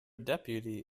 deputy